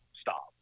stop